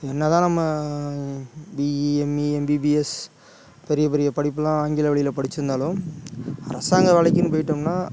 என்ன தான் நம்ம பிஇ எம்இ எம்பிபிஎஸ் பெரிய பெரிய படிப்புலாம் ஆங்கில வழியில் படிச்சுருந்தாலும் அரசாங்க வேலைக்கின்னு போயிட்டோம்னா